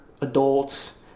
adults